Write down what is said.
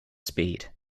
speed